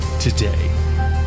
today